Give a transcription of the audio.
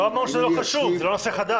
הוא לא אמר שזה לא חשוב, זה לא נושא חדש.